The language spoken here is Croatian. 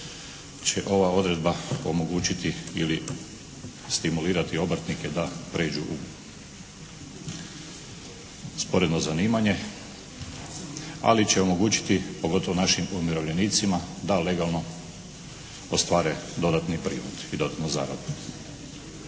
će ova odredba omogućiti ili stimulirati obrtnike da prijeđu u sporedno zanimanje, ali će omogućiti pogotovo našim umirovljenicima da legalno ostvare dodatni prihod i dodatnu zaradu.